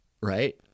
right